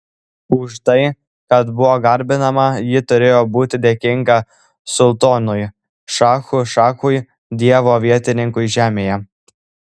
už tai kad buvo garbinama ji turėjo būti dėkinga sultonui šachų šachui dievo vietininkui žemėje